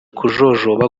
kujojoba